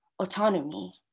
autonomy